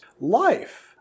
life